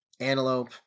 Antelope